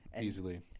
easily